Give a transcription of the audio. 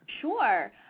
Sure